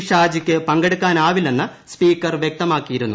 ഷാജിക്ക് ഇന്ന് പങ്കെടുക്കാനാവില്ലെന്ന് സ്പീക്കർ വ്യക്തമാക്കിയിരുന്നു